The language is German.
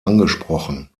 angesprochen